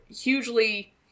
hugely